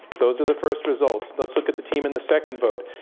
those are the first results. let's look at the team in the second vote.